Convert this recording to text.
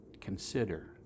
consider